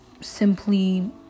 simply